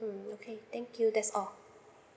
mm okay thank you that's all